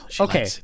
Okay